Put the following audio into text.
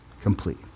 complete